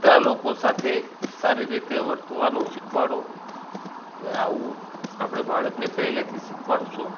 બધા લોકો સાથે સારી રીતે વર્તવાનું શિખવાડો અગર આવું આપણે બાળકને પહેલેથી શિખવાડીશું